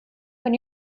when